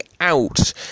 out